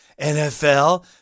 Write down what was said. NFL